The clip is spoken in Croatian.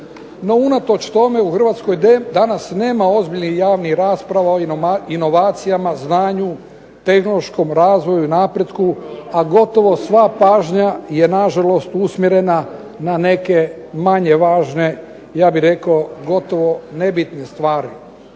No unatoč tome u Hrvatskoj danas nema ozbiljnih javnih rasprava o inovacijama, znanju, tehnološkom razvoju i napretku, a gotovo sva pažnja je nažalost usmjerena na neke manje važne, ja bih rekao, gotovo nebitne stvari.